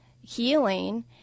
healing